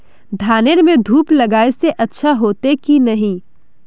धानेर में धूप लगाए से अच्छा होते की नहीं?